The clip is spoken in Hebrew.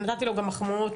נתתי לו גם מחמאות,